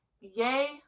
yay